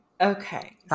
Okay